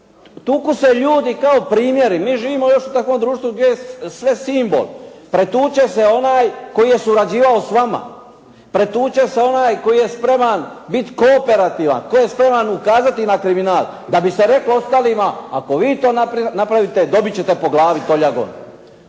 Tuku se ljudi kao primjeri, mi živimo još u takvom društvu gdje je sve simbol. Pretuče se onaj koji je surađivao s vama. Pretuče se onaj koji je spreman biti kooperativan, tko je spreman ukazati na kriminal da bi se reklo ostalima ako vi to napravite, dobiti ćete po glavi toljagom.